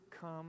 come